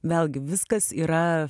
vėlgi viskas yra